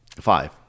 Five